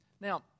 Now